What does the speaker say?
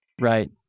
Right